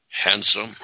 handsome